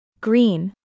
Green